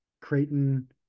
creighton